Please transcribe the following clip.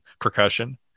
percussion